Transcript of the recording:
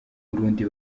burundi